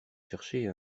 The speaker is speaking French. chercher